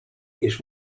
ich